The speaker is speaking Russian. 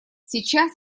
сейчас